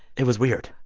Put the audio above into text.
it was weird,